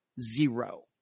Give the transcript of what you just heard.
zero